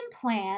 plan